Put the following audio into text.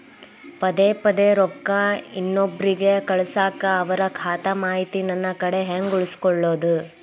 ಪದೆ ಪದೇ ರೊಕ್ಕ ಇನ್ನೊಬ್ರಿಗೆ ಕಳಸಾಕ್ ಅವರ ಖಾತಾ ಮಾಹಿತಿ ನನ್ನ ಕಡೆ ಹೆಂಗ್ ಉಳಿಸಿಕೊಳ್ಳೋದು?